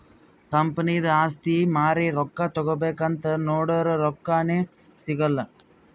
ಕಂಪನಿದು ಆಸ್ತಿ ಮಾರಿ ರೊಕ್ಕಾ ತಗೋಬೇಕ್ ಅಂತ್ ನೊಡುರ್ ರೊಕ್ಕಾನೇ ಸಿಗಲ್ಲ